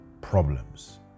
problems